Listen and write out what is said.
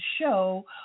show